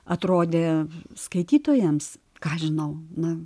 atrodė skaitytojams ką žinau na